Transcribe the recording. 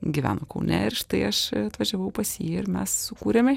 gyveno kaune ir štai aš atvažiavau pas jį ir mes sukūrėme